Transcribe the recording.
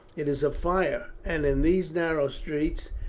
it is a fire, and in these narrow streets,